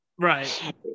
Right